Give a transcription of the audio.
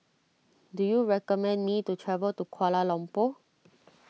do you recommend me to travel to Kuala Lumpur